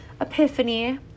epiphany